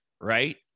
right